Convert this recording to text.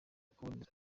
kuboneza